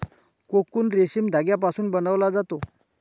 cocoon रेशीम धाग्यापासून बनवला जातो